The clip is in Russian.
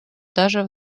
даже